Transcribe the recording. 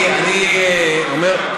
אני אומר,